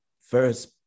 first